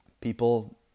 People